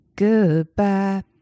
Goodbye